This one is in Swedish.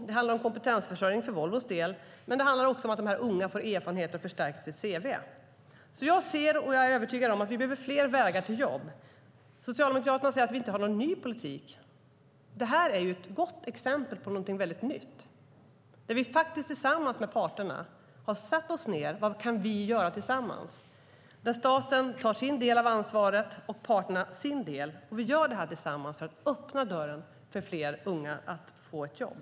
Det handlar om kompetensförsörjning för Volvos del, men det handlar också om att de unga får erfarenhet och kan förstärka sitt cv. Jag ser - och jag är övertygad om att vi behöver - fler vägar till jobb. Socialdemokraterna säger att vi inte har någon ny politik. Det här är ett gott exempel på något väldigt nytt där vi tillsammans med parterna har satt oss ned och frågat oss: Vad kan vi göra tillsammans? Staten tar sin del av ansvaret och parterna sin del. Vi gör detta tillsammans för att öppna dörren för fler unga så att de kan få ett jobb.